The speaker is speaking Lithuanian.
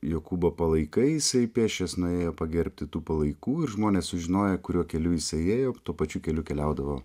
jokūbo palaikais pėsčias nuėjo pagerbti tų palaikų ir žmonės sužinoję kuriuo keliu jisai ėjo tuo pačiu keliu keliaudavo